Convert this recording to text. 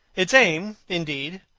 its aim, indeed,